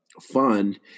fund